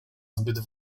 zbyt